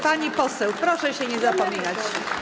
Pani poseł, proszę się nie zapominać.